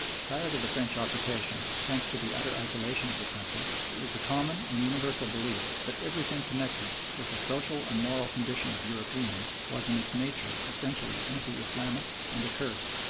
prior to the french occupation, thanks to the utter isolation of the country, it was the common and universal belief that everything connected with the social and moral condition of europeans was in its nature essentially anti-islamic and accursed.